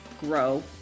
grow